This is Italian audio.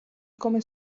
come